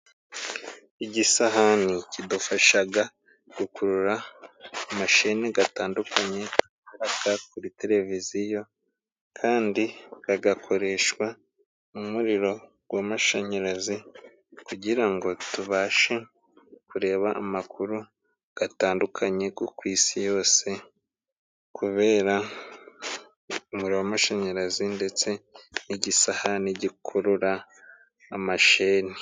Igisahani kidufashaga gukurura amasheni gatandukanye gaca kuri televiziyo kandi kagakoreshwa n'umuriro w'amashanyarazi kugira ngo tubashe kureba amakuru gatandukanye go ku isi yose, kubera umuriro w'amashanyarazi ndetse n'igisahani gikurura amasheni.